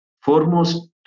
foremost